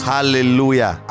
Hallelujah